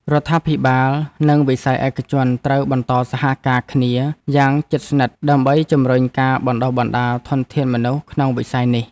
រដ្ឋាភិបាលនិងវិស័យឯកជនត្រូវបន្តសហការគ្នាយ៉ាងជិតស្និទ្ធ ដើម្បីជំរុញការបណ្តុះបណ្តាលធនធានមនុស្សក្នុងវិស័យនេះ។